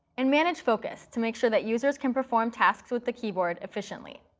and manage focus to make sure that users can perform tasks with the keyboard efficiently.